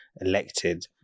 elected